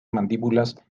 mandíbulas